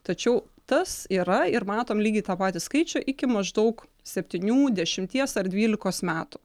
tačiau tas yra ir matom lygiai tą patį skaičių iki maždaug septynių dešimties ar dvylikos metų